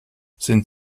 sind